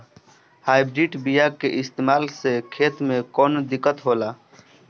Hybrid बीया के इस्तेमाल से खेत में कौन दिकत होलाऽ?